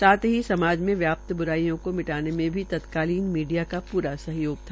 साथ ही समाज में व्यापत ब्राईयों को मिटाने में भी तत्कालीन मीडिया का पूरा सहयोग था